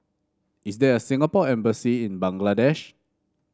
is there a Singapore Embassy in Bangladesh